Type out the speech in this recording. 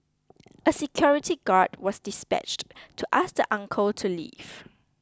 a security guard was dispatched to ask the uncle to leave